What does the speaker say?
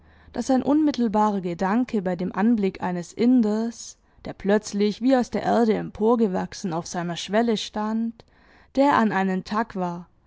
daß sein unmittelbarer gedanke bei dem anblick eines inders der plötzlich wie aus der erde emporgewachsen auf seiner schwelle stand der an einen thag war